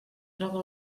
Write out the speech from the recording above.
troba